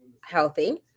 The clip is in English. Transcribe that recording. healthy